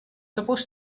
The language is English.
supposed